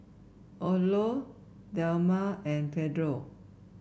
Odlo Dilmah and Pedro